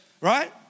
right